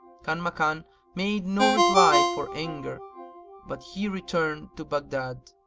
kanmakan made no reply for anger but he returned to baghdad